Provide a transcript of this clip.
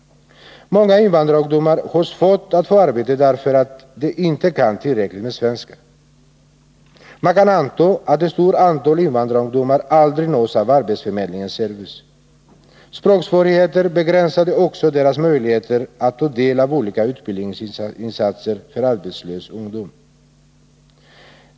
Många invandrarungdomar har svårt att få arbete, därför att de inte kan svenska tillräckligt bra. Man kan anta att ett stort antal invandrarungdomar aldrig nås av arbetsförmedlingens service. Språksvårigheter begränsar också deras möjligheter att ta del av olika utbildningsinsatser för arbetslös ungdom.